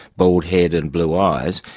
bald head and blue eyes,